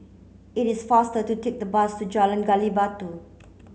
it is faster to take the bus to Jalan Gali Batu